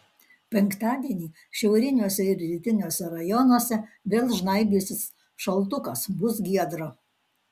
penktadienį šiauriniuose ir rytiniuose rajonuose vėl žnaibysis šaltukas bus giedra